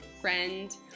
friend